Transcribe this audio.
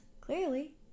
clearly